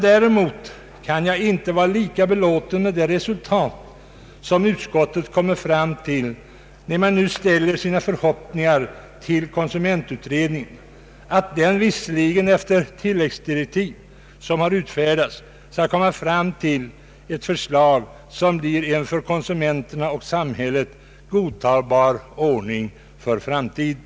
Däremot kan jag inte vara lika belåten med det resultat som utskottet kommer fram till när man nu ställer förhoppningar på att konsumentutredningen, visserligen efter tilläggsdirektiv som utfärdas, skall komma fram till ett förslag om en för konsumenterna och samhället godtagbar ordning för framtiden.